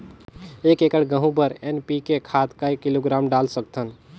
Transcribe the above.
एक एकड़ गहूं बर एन.पी.के खाद काय किलोग्राम डाल सकथन?